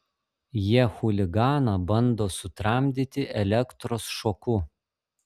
jie chuliganą bando sutramdyti elektros šoku